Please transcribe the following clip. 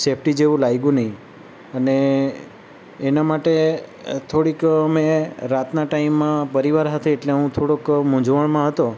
safety જેવું લાગ્યું નહીં અને એના માટે થોડીક અમે રાતના ટાઈમમાં પરિવાર સાથે એટલે હું થોડોક મૂંઝવણમાં હતો